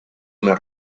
una